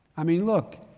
i mean look,